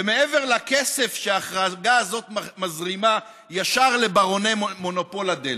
ומעבר לכסף שההחרגה הזאת מזרימה ישר לברוני מונופול הדלק,